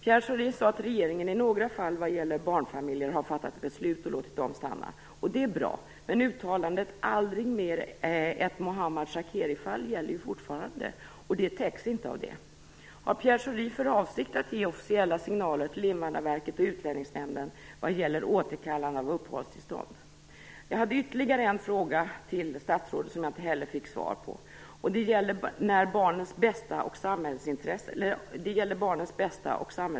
Pierre Schori sade att regeringen i några fall har fattat beslut om att låta barnfamiljer stanna. Det är bra. Men uttalandet "aldrig mer ett Mohammad Shakeri-fall" gäller ju fortfarande, och det täcks inte av det. Har Pierre Schori för avsikt att ge officiella signaler till Invandrarverket och Utlänningsnämnden vad gäller återkallande av uppehållstillstånd? Jag hade ytterligare en fråga till statsrådet som jag inte fick svar på. Den gällde barnens bästa och samhällsintressena.